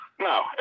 No